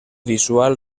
visual